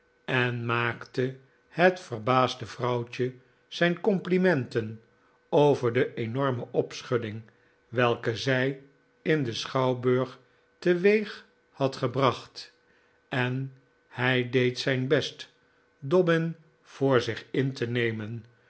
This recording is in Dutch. en maakte het verbaasde vrouwtje zijn complimenten over de enorme opschudding welke zij in den schouwburg teweeg had gebracht en hij deed zijn best dobbin voor zich in te nemen